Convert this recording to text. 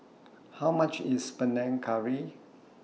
How much IS Panang Curry